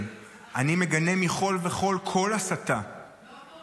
קשה לי לענות לו.